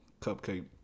Cupcake